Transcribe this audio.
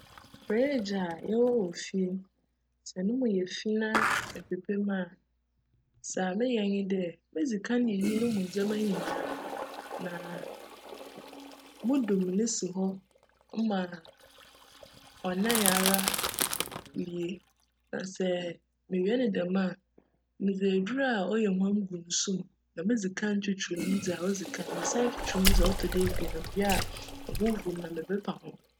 "Fridge" a yjwc no wc fie no, sj no mu yj fi na mepepa mu a, dza meyj nye dj, midzi kan yiyi no mu ndzjmba nyinara na mudum no si hcma cnan ara wie. Na sj muwie no djm a, medze edur a cyj huam gu nsu mu na midzi kan twutwuw mu dza odzi kan, mesan twutwuw mu dza ctc do ebien na muwie a, mohohor mu na mepepa ho.